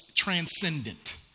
transcendent